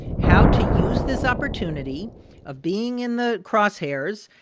how to use this opportunity of being in the crosshairs,